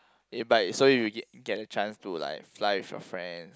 eh but so you get get a chance to like fly with your friends